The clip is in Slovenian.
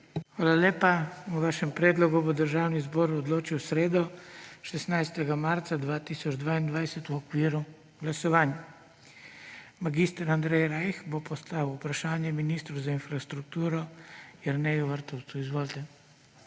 Hvala lepa. O vašem predlogu bo Državni zbor odločil v sredo, 16. marca 2022, v okviru glasovanj. Mag. Andrej Rajh bo postavil vprašanje ministru za infrastrukturo Jerneju Vrtovcu. Izvolite.